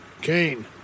Kane